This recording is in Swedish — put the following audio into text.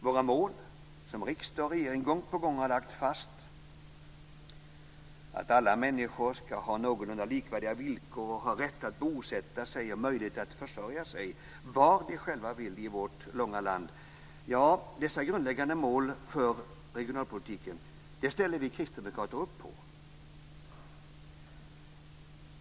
Våra mål, som riksdag och regering gång på gång har lagt fast, att alla människor skall ha någorlunda likvärdiga villkor och ha rätt att bosätta sig och möjlighet att försörja sig var de själva vill i vårt långa land, ja, dessa grundläggande mål för regionalpolitiken ställer vi kristdemokrater upp på.